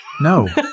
No